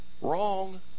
Wrong